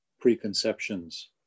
preconceptions